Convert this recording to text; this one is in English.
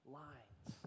lines